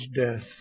death